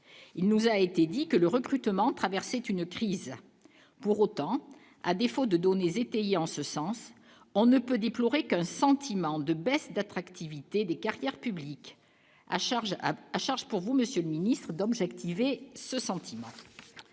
il nous a été dit que le recrutement traversait une crise pour autant à défaut de données en ce sens, on ne peut déplorer que le sentiment de baisse d'attractivité des carrières publiques à charge, à charge pour vous, Monsieur le Ministre d'objectiver ce sentiment,